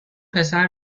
پسر